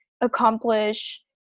accomplish